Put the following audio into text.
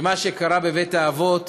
שמה שקרה בבית-האבות